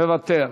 מוותר,